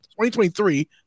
2023